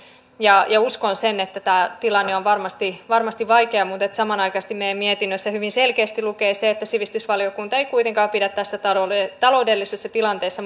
ja ja uskon sen että tämä tilanne on varmasti varmasti vaikea niin samanaikaisesti meidän mietinnössämme hyvin selkeästi lukee se että sivistysvaliokunta ei kuitenkaan pidä tässä taloudellisessa tilanteessa